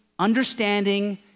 understanding